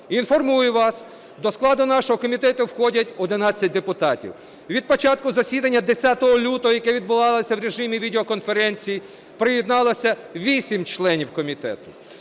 Інформую вас. До складу нашого комітету входять 11 депутатів. Від початку засідання 10 лютого, яке відбувалося в режимі відеоконференції, приєдналося 8 членів комітету.